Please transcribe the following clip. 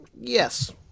Yes